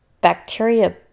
bacteria